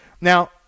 Now